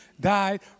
died